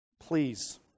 please